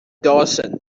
dawson